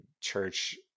church